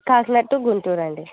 Kakinada to Guntur అండి